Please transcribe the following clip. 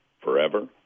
forever